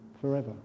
forever